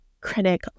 critic